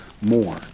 more